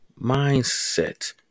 mindset